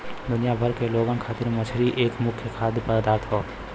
दुनिया भर के लोग खातिर मछरी एक मुख्य खाद्य पदार्थ हौ